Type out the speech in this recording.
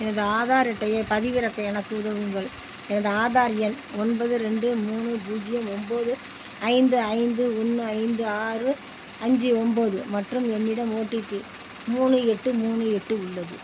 எனது ஆதார் அட்டையை பதிவிறக்க எனக்கு உதவுங்கள் எனது ஆதார் எண் ஒன்பது ரெண்டு மூணு பூஜ்ஜியம் ஒம்போது ஐந்து ஐந்து ஒன்று ஐந்து ஆறு அஞ்சு ஒம்போது மற்றும் என்னிடம் ஓடிபி மூணு எட்டு மூணு எட்டு உள்ளது